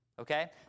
Okay